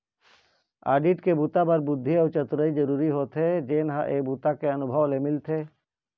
audit के बूता बर बुद्धि अउ चतुरई जरूरी होथे जेन ह ए बूता के अनुभव ले मिलथे